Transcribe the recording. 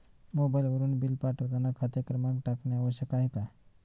मोबाईलवरून बिल पाठवताना खाते क्रमांक टाकणे आवश्यक आहे का?